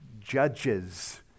judges